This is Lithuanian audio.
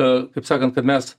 a kaip sakant kad mes